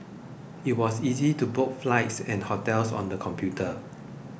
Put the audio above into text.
it was easy to book flights and hotels on the computer